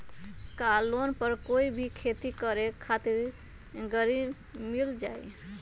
का लोन पर कोई भी खेती करें खातिर गरी मिल जाइ?